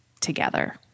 together